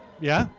yeah,